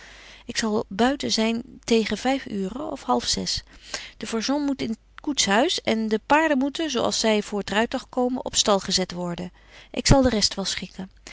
ik zal buiten zyn tegen vyf uuren of half zes de fargon moet in t koetshuis en de paarden moeten zo als zy van voor t rytuig komen op stal gezet worden ik zal de rest wel schikken